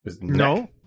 No